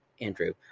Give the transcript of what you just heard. Andrew